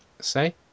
say